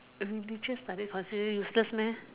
err literature study considered useless meh